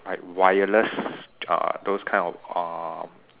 like wireless uh those kind of uh